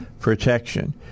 Protection